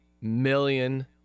million